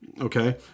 Okay